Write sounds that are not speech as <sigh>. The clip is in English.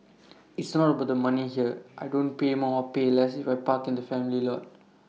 <noise> it's not about the money here I don't pay more or pay less if I park in the family lot